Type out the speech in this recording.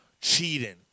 cheating